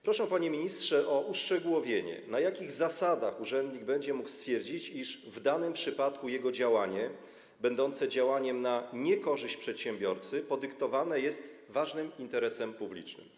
Proszę, panie ministrze, o uszczegółowienie, na jakich zasadach urzędnik będzie mógł stwierdzić, iż w danym przypadku jego działanie będące działaniem na niekorzyść przedsiębiorcy podyktowane jest ważnym interesem publicznym.